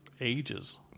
ages